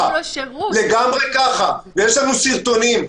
יש לנו סרטונים.